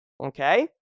Okay